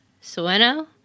Sueno